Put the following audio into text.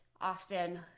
often